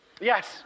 Yes